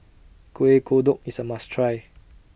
Kueh Kodok IS A must Try